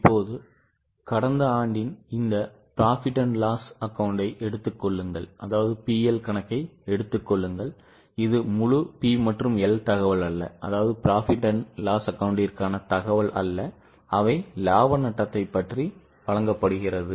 இப்போது கடந்த ஆண்டின் இந்த P மற்றும் L கணக்கை எடுத்துக் கொள்ளுங்கள் இது முழு P மற்றும் L தகவல் அல்ல அவை இலாப நட்டத்தைப் பற்றி வழங்கப்படுகிறது